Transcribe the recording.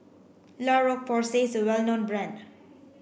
La Roche Porsay is a well known brand